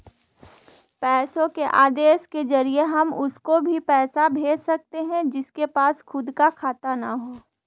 पैसे के आदेश के जरिए हम उसको भी पैसे भेज सकते है जिसके पास खुद का खाता ना हो